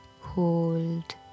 hold